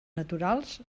naturals